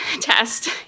test